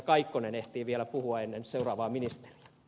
kaikkonen ehtii vielä puhua ennen seuraavaa ministeriä